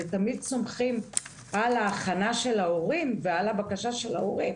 ותמיד סומכים על ההכנה של ההורים ועל הבקשה של ההורים,